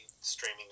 streaming